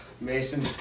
Mason